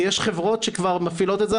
כי יש חברות שכבר מפעילות את זה,